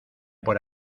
por